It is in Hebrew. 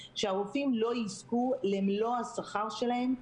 שהרופאים לא יזכו למלוא השכר שלהם,